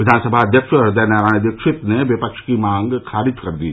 विधानसभा अध्यक्ष हृदय नारायण दीक्षित ने विपक्ष की मांग खारिज कर दी